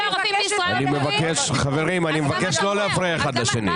--- חברים, אני מבקש לא להפריע אחד לשני.